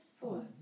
Four